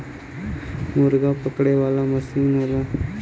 मुरगा पकड़े वाला मसीन होला